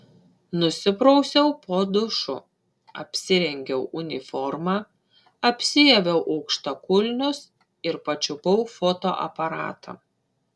nusiprausiau po dušu apsirengiau uniformą apsiaviau aukštakulnius ir pačiupau fotoaparatą